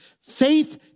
Faith